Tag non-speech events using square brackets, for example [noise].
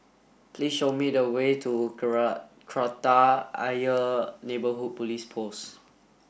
please show me the way to [unintelligible] Kreta Ayer Neighbourhood Police Post